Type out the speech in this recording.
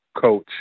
coach